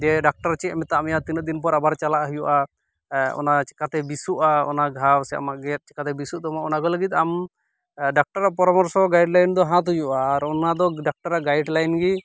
ᱡᱮ ᱰᱟᱠᱛᱚᱨ ᱪᱮᱫ ᱮ ᱢᱮᱛᱟᱢᱮᱭᱟ ᱛᱤᱱᱟᱹᱫᱤᱱ ᱯᱚᱨ ᱟᱵᱟᱨ ᱪᱟᱞᱟ ᱦᱩᱭᱩᱜᱟ ᱚᱱᱟ ᱪᱤᱠᱟᱹᱛᱮ ᱵᱮᱥᱚᱼᱟ ᱚᱱᱟ ᱜᱷᱟᱣ ᱥᱮ ᱟᱢᱟ ᱜᱮᱫᱽ ᱪᱤᱠᱟᱹᱛᱮ ᱵᱮᱥᱚ ᱛᱟᱢᱟ ᱚᱱᱟᱠᱚ ᱞᱟᱹᱜᱤᱫ ᱫᱚ ᱟᱢ ᱰᱟᱠᱛᱟᱨᱟᱜ ᱯᱚᱨᱟᱢᱚᱨᱥᱚ ᱜᱟᱭᱤᱰ ᱞᱟᱭᱤᱱ ᱫᱚ ᱦᱟᱛᱟᱣ ᱦᱩᱭᱩᱜᱼᱟ ᱟᱨ ᱚᱱᱟ ᱫᱚ ᱰᱟᱠᱛᱟᱨᱟᱜ ᱜᱟᱭᱤᱴᱞᱟᱭᱤᱱ ᱜᱮ